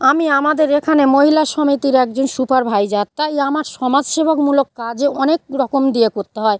আমি আমাদের এখানে মহিলা সমিতির একজন সুপার ভাইজার তাই আমার সমাজ সেবামূলক কাজও অনেক রকম দিয়ে করতে হয়